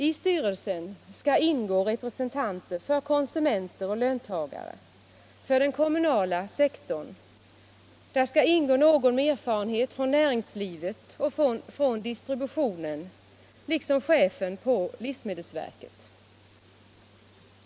I styrelsen skall ingå representanter för konsumenter och löntagare, för den kommunala sektorn, någon med erfarenhet från näringslivet och från disbributionen, liksom chefen för livsmedelsverket.